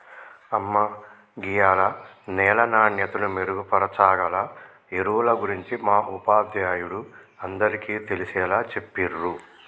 అమ్మ గీయాల నేల నాణ్యతను మెరుగుపరచాగల ఎరువుల గురించి మా ఉపాధ్యాయుడు అందరికీ తెలిసేలా చెప్పిర్రు